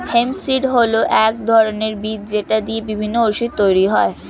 hemp seed হল এক ধরনের বীজ যেটা দিয়ে বিভিন্ন ওষুধ তৈরি করা হয়